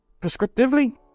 prescriptively